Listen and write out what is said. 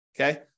Okay